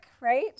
right